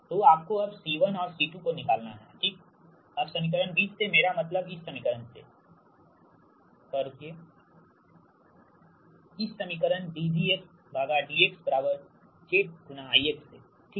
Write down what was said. तो आपको अब C1 और C2 को निकालना है ठीक अब समीकरण 20 से मेरा मतलब इस समीकरण से थोड़ा रुकिए इस समीकरण dVdxnz I से ठीक